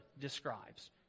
describes